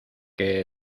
que